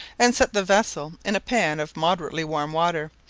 and set the vessel in a pan of moderately warm water,